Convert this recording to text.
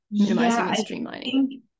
streamlining